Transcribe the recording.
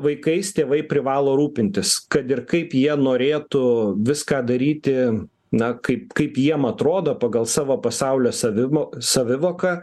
vaikais tėvai privalo rūpintis kad ir kaip jie norėtų viską daryti na kaip kaip jiem atrodo pagal savo pasaulio savimo savivoką